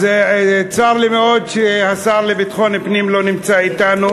אז צר לי מאוד שהשר לביטחון הפנים לא נמצא אתנו.